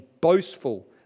boastful